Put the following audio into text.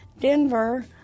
Denver